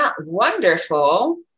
wonderful